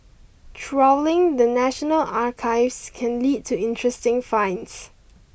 trawling the National Archives can lead to interesting finds